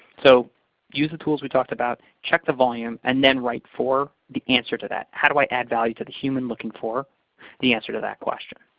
so use the tools we talked about, check the volume, and then write for the answer to that. how do i add value to the human looking for the answer to that question?